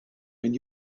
when